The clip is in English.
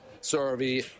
survey